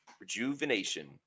Rejuvenation